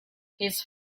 his